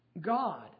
God